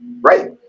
Right